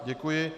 Děkuji.